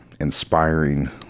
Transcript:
inspiring